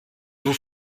vous